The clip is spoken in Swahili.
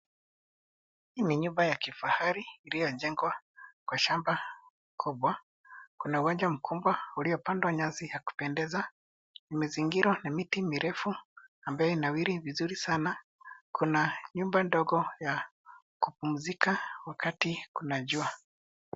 Ni nyumba ya kifahari iliyojengwa kwa shamba kubwa. Kuna uwanja mkubwa uliopandwa nyasi ya kupendeza, umezingirwa na miti mirefu ambaye inanawiri vizuri sana. Kuna nyumba ndogo za kupumzika wakati kuna jua.